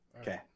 Okay